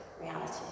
reality